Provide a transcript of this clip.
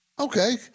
okay